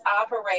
operate